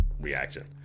reaction